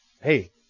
hey